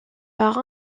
par